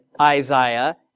Isaiah